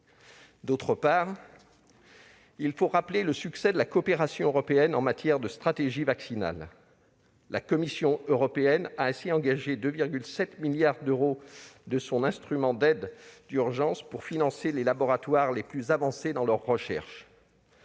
ailleurs, il faut rappeler le succès de la coopération européenne en matière de stratégie vaccinale. La Commission européenne a ainsi engagé 2,7 milliards d'euros au sein de son instrument d'aide d'urgence pour financer les laboratoires les plus avancés dans leurs recherches.